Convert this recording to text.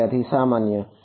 વિદ્યાર્થી સામાન્ય